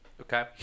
Okay